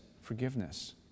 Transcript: forgiveness